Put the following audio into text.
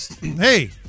Hey